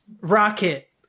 rocket